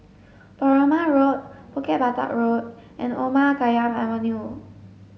Perumal Road Bukit Batok Road and Omar Khayyam Avenue